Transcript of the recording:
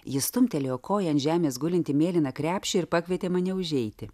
ji stumtelėjo koją ant žemės gulintį mėlyną krepšį ir pakvietė mane užeiti